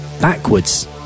backwards